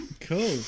Cool